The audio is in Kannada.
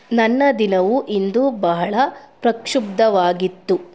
ನನ್ನ ದಿನವು ಇಂದು ಬಹಳ ಪ್ರಕ್ಷುಬ್ಧವಾಗಿತ್ತು